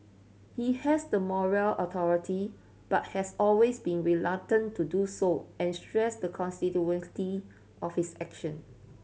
he has the moral authority but has always been reluctant to do so and stressed the constitutionality of his action